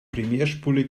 primärspule